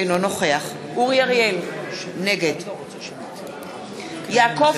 אינו נוכח אורי אריאל, נגד יעקב